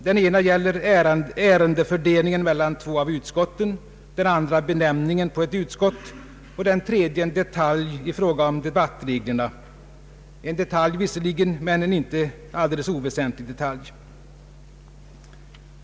Den första gäller ärendefördelningen mellan två av utskotten, den andra benämningen på ett utskott och den tredje en detalj i fråga om debattreglerna — en detalj visserligen men en inte alldeles oväsentlig detalj.